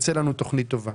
שתצא לנו תוכנית טובה.